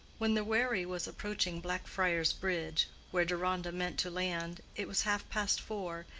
when the wherry was approaching blackfriars bridge, where deronda meant to land, it was half-past four,